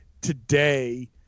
today